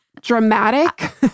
dramatic